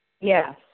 Yes